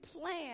plan